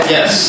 Yes